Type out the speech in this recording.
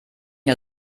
der